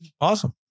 Awesome